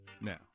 Now